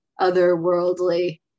otherworldly